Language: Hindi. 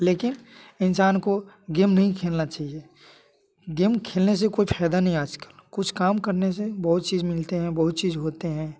लेकिन इंसान को गेम नहीं खेलना चाहिए गेम खेलने से कोई फायदा नहीं आज कल कुछ काम करने से बहुत चीज मिलते हैं बहुत चीज होते हैं